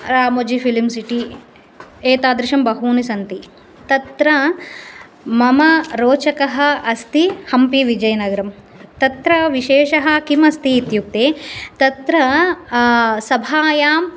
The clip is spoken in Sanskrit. रामोजि फ़िल्म् सिटि एतादृशं बहूनि सन्ति तत्र मम रोचकः अस्ति हम्पी विजयनगरं तत्र विशेषः किमस्ति इत्युक्ते तत्र सभायां